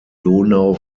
donau